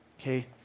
okay